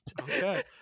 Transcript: Okay